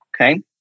okay